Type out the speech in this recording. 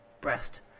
breast